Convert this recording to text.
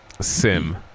sim